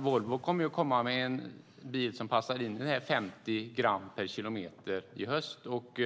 Volvo kommer i höst att komma med en bil som passar in i detta med 50 gram per kilometer, och